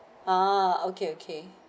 ah okay okay